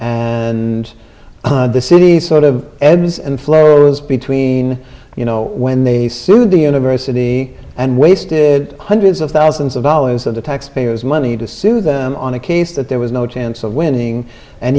and the city sort of ebbs and flows between you know when they sued the university and wasted hundreds of thousands of dollars of the taxpayers money to sue them on a case that there was no chance of winning and